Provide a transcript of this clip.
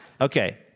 Okay